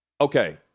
okay